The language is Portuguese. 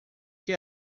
que